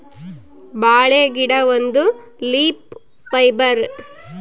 ಬಾಳೆ ಗಿಡ ಒಂದು ಲೀಫ್ ಫೈಬರ್